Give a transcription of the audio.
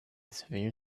severe